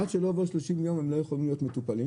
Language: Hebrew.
עד שלא עברו 30 יום הם לא יכולים להיות מטופלים,